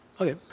okay